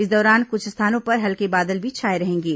इस दौरान कुछ स्थानों पर हल्के बादल भी छाए रहेंगे